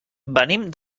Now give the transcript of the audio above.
venim